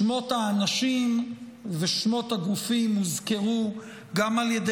שמות האנשים ושמות הגופים הוזכרו גם על ידי